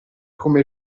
come